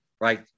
right